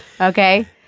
Okay